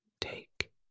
take